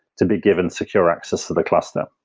to be given secure access to the cluster.